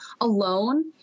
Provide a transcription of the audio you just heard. alone